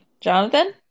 Jonathan